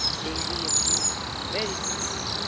they reappear very fast.